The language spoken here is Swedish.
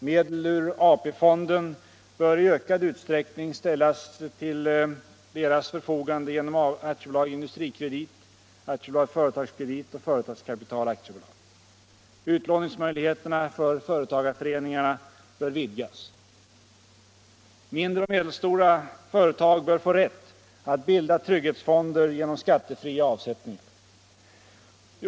Medel ur AP-fonden bör i ökad utsträckning ställas till deras förfogande genom AB Industrikredit, AB Företagskredit och Företagskapital AB. Utlåningsmöjligheterna bör vidgas för företagarföreningarna. Mindre och medelstora företag bör få rätt att bilda trygghetsfonder genom skattefria avsättningar.